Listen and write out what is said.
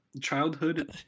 childhood